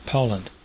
Poland